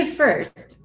first